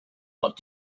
lot